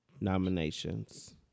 nominations